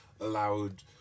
allowed